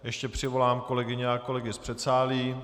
Ještě přivolám kolegyně a kolegy z předsálí.